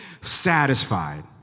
satisfied